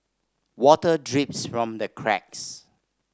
water drips from the cracks